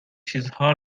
چیزها